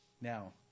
Now